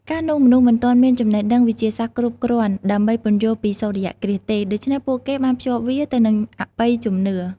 កាលនោះ មនុស្សមិនទាន់មានចំណេះដឹងវិទ្យាសាស្ត្រគ្រប់គ្រាន់ដើម្បីពន្យល់ពីសូរ្យគ្រាសទេ ដូច្នេះពួកគេបានភ្ជាប់វាទៅនឹងអបិយជំនឿ ។